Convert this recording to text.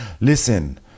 listen